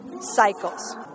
cycles